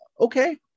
Okay